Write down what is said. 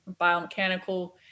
biomechanical